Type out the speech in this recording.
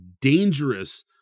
dangerous